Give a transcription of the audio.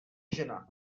žena